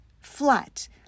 flat